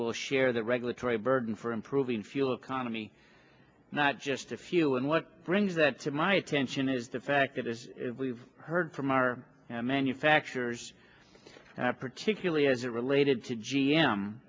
will share that regulatory burden for improving fuel economy not just a few and what brings that to my attention is the fact that as we've heard from our manufacturers and particularly as it related to g